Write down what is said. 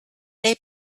they